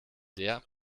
der